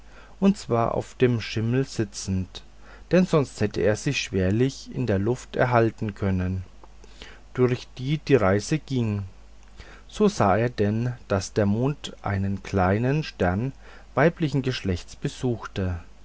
und zwar auf dem schimmel sitzend denn sonst hätte er sich schwerlich in der luft erhalten können durch die die reise ging so sah er denn daß der mond einen kleinen stern weiblichen geschlechts besuchte